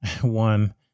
one